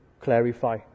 clarify